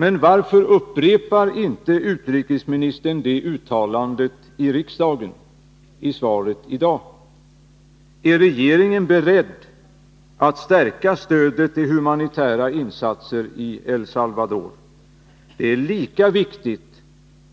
Men varför upprepar inte utrikesministern det uttalandet i svaret i dag här i riksdagen? Är regeringen beredd att stärka stödet till humanitära insatser i El Salvador? Det är lika viktigt